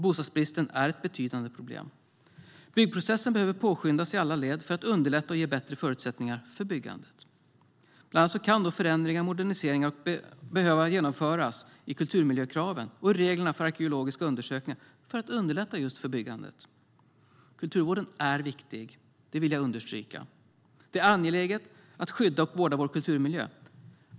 Bostadsbristen är ett betydande problem. Byggprocessen behöver påskyndas i alla led för att underlätta och ge bättre förutsättningar för byggandet. Bland annat kan då förändringar, moderniseringar, behöva genomföras i kulturmiljökraven och i reglerna för arkeologiska undersökningar för att underlätta för byggande. Kulturvården är viktig; det vill jag understryka. Det är angeläget att skydda och vårda vår kulturmiljö.